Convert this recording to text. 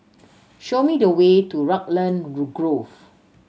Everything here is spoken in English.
show me the way to Raglan Grove